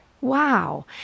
Wow